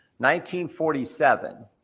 1947